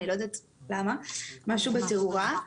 משהו בתאורה.